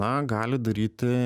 na gali daryti